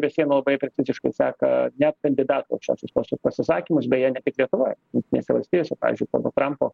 be sienų labai preciziškai seka net kandidatų aukščiausiuos postuos pasisakymus beje ne tik lietuvoj jungtinėse valstijose pavyzdžiui pono trampo